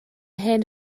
hen